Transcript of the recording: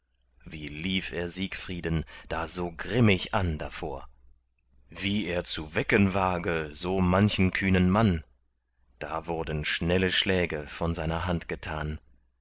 wie lief er siegfrieden da so grimmig an davor wie er zu wecken wage so manchen kühnen mann da wurden schnelle schläge von seiner hand getan